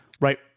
right